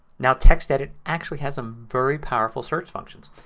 now textedit actually has some very powerful search functions.